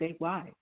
statewide